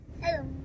Hello